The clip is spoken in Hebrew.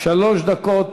שלוש דקות